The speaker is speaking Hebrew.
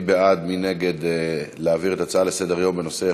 מי בעד ומי נגד העברת ההצעות לסדר-היום בנושא: